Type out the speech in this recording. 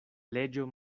leĝo